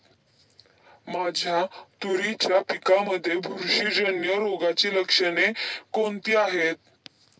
माझ्या तुरीच्या पिकामध्ये बुरशीजन्य रोगाची लक्षणे कोणती आहेत?